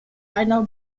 einer